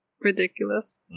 Ridiculous